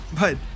But-